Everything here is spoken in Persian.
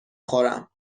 خورم